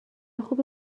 خوبه